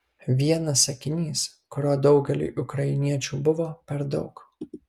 vienas sakinys kurio daugeliui ukrainiečių buvo per daug